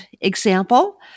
example